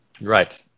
Right